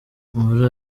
muri